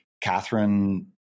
Catherine